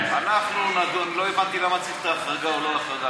לא הבנתי למה צריך את ההחרגה או לא החרגה,